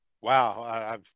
Wow